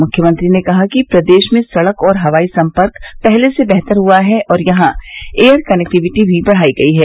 मुख्यमंत्री ने कहा कि प्रदेश में सड़क और हवाई सम्पर्क पहले से बेहतर हुआ है और यहां एयर कनेक्टिविटी भी बढ़ाई गई है